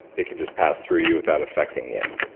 it can just pass through you without affecting you?